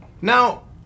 Now